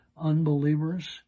unbelievers